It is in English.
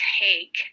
take